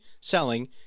selling